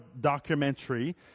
documentary